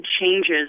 changes